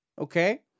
Okay